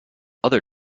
other